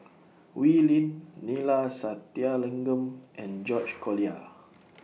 Wee Lin Neila Sathyalingam and George Collyer